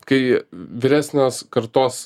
kai vyresnės kartos